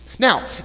now